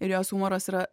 ir jos humoras yra